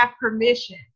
permission